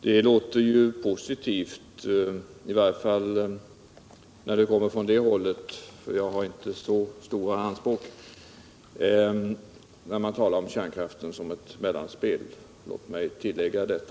Det låter ju positivt — i varje fall när det kommer från det hållet; jag har inte så stora anspråk — när man talar om kärnkraften som ett mellanspel. Jag har velat tillägga detta.